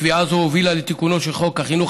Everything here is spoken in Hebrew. קביעה זו הובילה לתיקונו של חוק החינוך